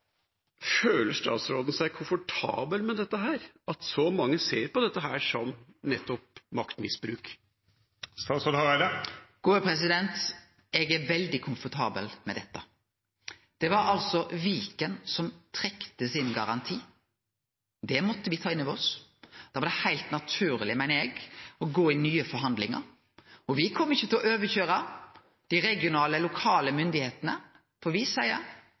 statsråden seg komfortabel med at så mange ser på dette som nettopp maktmisbruk? Eg er veldig komfortabel med dette. Det var Viken som trekte sin garanti. Det måtte me ta inn over oss. Da var det heilt naturleg, meiner eg, å gå i nye forhandlingar. Me kjem ikkje til å overkøyre dei regionale, lokale myndigheitene,